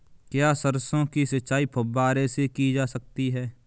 क्या सरसों की सिंचाई फुब्बारों से की जा सकती है?